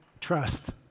trust